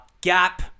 Gap